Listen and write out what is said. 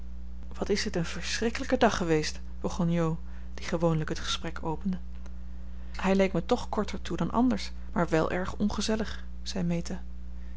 wat is dit een verschrikkelijke dag geweest begon jo die gewoonlijk het gesprek opende hij leek mij toch korter toe dan anders maar wel erg ongezellig zei meta